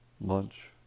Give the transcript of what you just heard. lunch